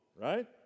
right